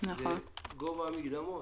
וזה גובה המקדמות.